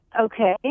Okay